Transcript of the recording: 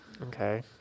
Okay